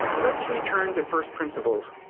let's return to first principles,